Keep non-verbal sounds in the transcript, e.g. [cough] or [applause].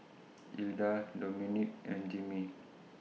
[noise] Ilda Domonique and Jimmie